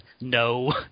No